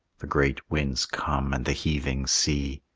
the great winds come, and the heaving sea,